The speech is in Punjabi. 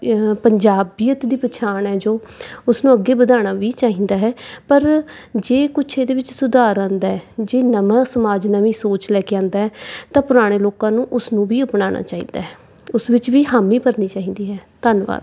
ਪੰਜਾਬੀਅਤ ਦੀ ਪਛਾਣ ਹੈ ਜੋ ਉਸਨੂੰ ਅੱਗੇ ਵਧਾਉਣਾ ਵੀ ਚਾਹੀਦਾ ਹੈ ਪਰ ਜੇ ਕੁਛ ਇਹਦੇ ਵਿੱਚ ਸੁਧਾਰ ਆਉਂਦਾ ਜੇ ਨਵਾਂ ਸਮਾਜ ਨਵੀਂ ਸੋਚ ਲੈ ਕੇ ਆਉਂਦਾ ਤਾਂ ਪੁਰਾਣੇ ਲੋਕਾਂ ਨੂੰ ਉਸਨੂੰ ਵੀ ਅਪਣਾਉਣਾ ਚਾਹੀਦਾ ਹੈ ਉਸ ਵਿੱਚ ਵੀ ਹਾਮੀ ਭਰਨੀ ਚਾਹੀਦੀ ਹੈ ਧੰਨਵਾਦ